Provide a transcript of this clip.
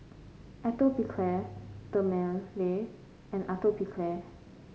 Atopiclair Dermale and Atopiclair